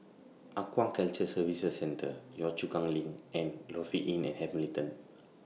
Aquaculture Services Centre Yio Chu Kang LINK and Lofi Inn At Hamilton